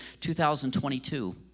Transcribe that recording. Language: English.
2022